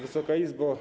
Wysoka Izbo!